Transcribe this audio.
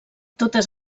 totes